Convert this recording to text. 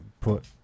put